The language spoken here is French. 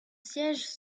siège